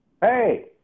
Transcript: Hey